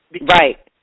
Right